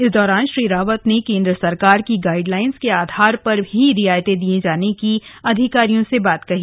इस दौरान श्री रावत ने केन्द्र सरकार की गाइड लाइन्स के आधार पर ही रियायतें दिये जाने की बात अधिकारियों से कही